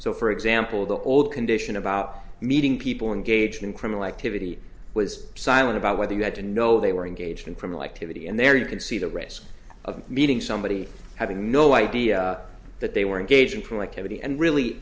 so for example the old condition about meeting people engaged in criminal activity was silent about whether you had to know they were engaged in criminal activity and there you can see the risk of meeting somebody having no idea that they were engaged in productivity and really